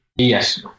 yes